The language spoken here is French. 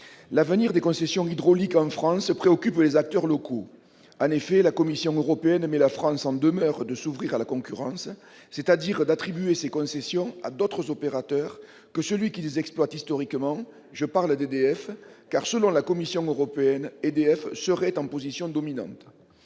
L'avenir des concessions hydrauliques en France préoccupe les acteurs locaux. En effet, la Commission européenne met la France en demeure de s'ouvrir à la concurrence, c'est-à-dire d'attribuer ses concessions à d'autres opérateurs que celui qui les exploite historiquement- je parle d'EDF -, car, selon la Commission, EDF serait en position dominante.